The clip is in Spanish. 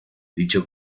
dicho